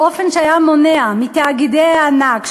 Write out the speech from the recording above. באופן שהיה מונע מתאגידי הענק,